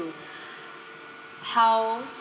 how